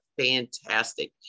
fantastic